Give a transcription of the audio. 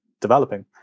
developing